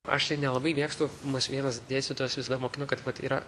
aš tai nelabai mėgstu mus vienas dėstytojas visada mokino kad vat yra